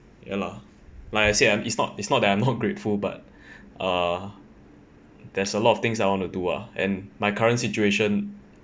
ya lah like I said it's not it's not that I am grateful but err there's a lot of things I wanna do lah and my current situation